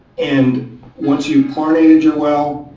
and once you've chlorinated your well,